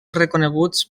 reconeguts